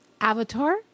avatar